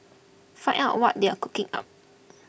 find out what they are cooking up